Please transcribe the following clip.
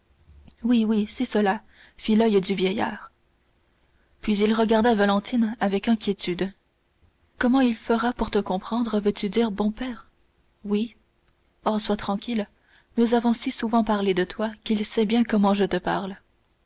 oui oui c'est cela fit l'oeil du vieillard puis il regarda valentine avec inquiétude comment il fera pour te comprendre veux-tu dire bon père oui oh sois tranquille nous avons si souvent parlé de toi qu'il sait bien comment je te parle